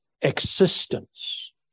existence